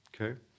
okay